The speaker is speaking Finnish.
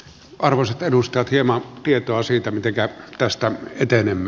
arvoisat edustajat hieman tietoa siitä miten tästä etenemme